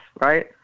right